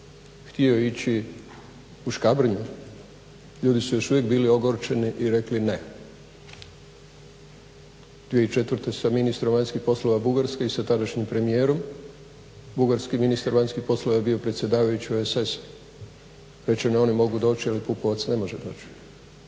htio ići u Škabrnju ljudi su još uvijek bili ogorčeni i rekli ne. 2004.sa ministrom vanjskih poslova Bugarske i sa tadašnjim premijerom, bugarski ministar vanjskih poslova je bio predsjedavajući OESS-a, rečeno je oni mogu doći ali Pupovac ne može doći.